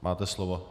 Máte slovo.